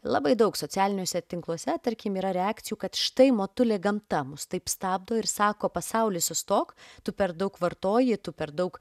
labai daug socialiniuose tinkluose tarkim yra reakcijų kad štai motulė gamta mus taip stabdo ir sako pasauli sustok tu per daug vartoji tu per daug